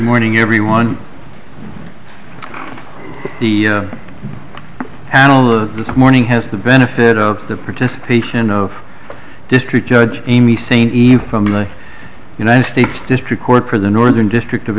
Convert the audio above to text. morning everyone the analysts this morning has the benefit of the participation of district judge amy think eve from the united states district court for the northern district of